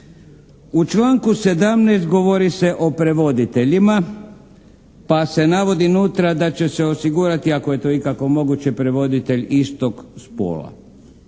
U članku 17. govori se o prevoditeljima, pa se navodi unutra da će se osigurati ako je to ikako moguće prevoditelj istog spola.